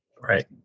Right